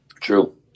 True